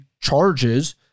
charges